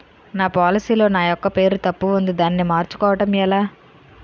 నా పోలసీ లో నా యెక్క పేరు తప్పు ఉంది దానిని మార్చు కోవటం ఎలా?